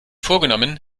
vorgenommen